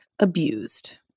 abused